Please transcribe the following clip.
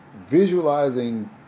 visualizing